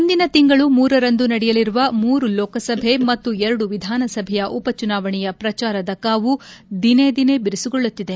ಮುಂದಿನ ತಿಂಗಳು ಮೂರರಂದು ನಡೆಯಲಿರುವ ಮೂರು ಲೋಕಸಭೆ ಮತ್ತು ಎರಡು ವಿಧನಸಭೆಯ ಉಪ ಚುನಾವಣೆಯ ಪ್ರಚಾರದ ಕಾವು ದಿನೇ ದಿನೇ ಬಿರುಸುಗೊಳ್ಳುತ್ತಿದೆ